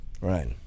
Right